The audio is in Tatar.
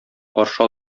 каршы